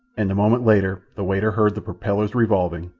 and a moment later the waiter heard the propellers revolving,